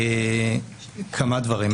כמה דברים,